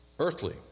Earthly